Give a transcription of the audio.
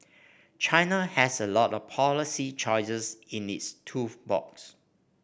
China has a lot of policy choices in its tool box